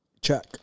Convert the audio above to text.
Check